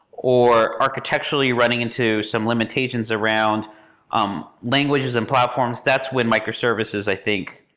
or architecturally running into some limitations around um languages and platforms. that's when microservices, i think,